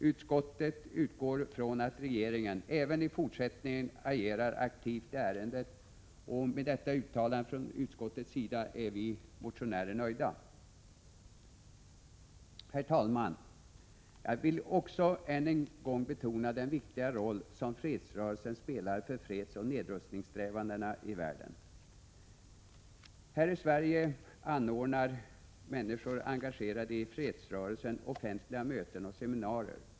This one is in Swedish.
Utskottet utgår från att regeringen även i fortsättningen agerar aktivt i ärendet, och med detta uttalande från utskottets sida är vi motionärer nöjda. Herr talman! Jag vill också än en gång betona den viktiga roll som fredsrörelsen spelar för fredsoch nedrustningssträvandena i världen. Här i Sverige anordnar människor engagerade i fredsrörelsen offentliga möten och seminarier.